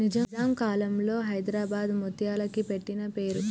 నిజాం కాలంలో హైదరాబాద్ ముత్యాలకి పెట్టిన పేరు